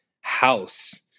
house